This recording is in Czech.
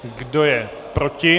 Kdo je proti?